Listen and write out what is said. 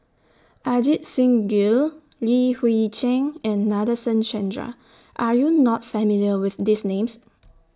Ajit Singh Gill Li Hui Cheng and Nadasen Chandra Are YOU not familiar with These Names